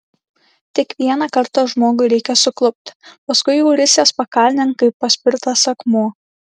tik vieną kartą žmogui reikia suklupt paskui jau risies pakalnėn kaip paspirtas akmuo